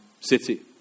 city